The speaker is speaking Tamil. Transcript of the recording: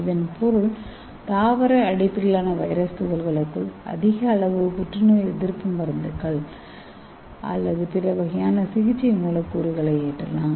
இதன் பொருள் தாவர அடிப்படையிலான வைரஸ் துகள்களுக்குள் அதிக அளவு புற்றுநோய் எதிர்ப்பு மருந்துகள் அல்லது பிற வகையான சிகிச்சை மூலக்கூறுகளை ஏற்றலாம்